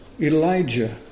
Elijah